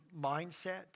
mindset